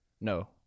No